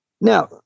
Now